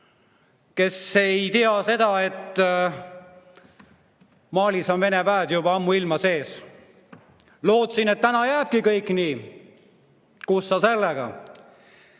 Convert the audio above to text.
kes ei tea seda, et Malis on Vene [üksused] juba ammuilma sees. Lootsin, et täna jääbki kõik nii. Kus sa sellega!